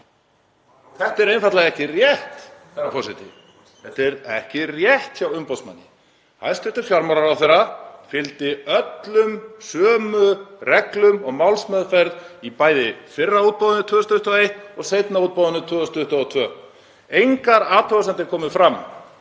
Þetta er einfaldlega ekki rétt, herra forseti. Þetta er ekki rétt hjá umboðsmanni. Hæstv. fjármálaráðherra fylgdi öllum sömu reglum og málsmeðferð í bæði fyrra útboðinu 2021 og seinna útboðinu 2022. Engar athugasemdir komu fram